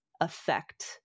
affect